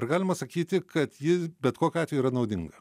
ar galima sakyti kad jis bet kokiu atveju yra naudinga